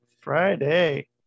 Friday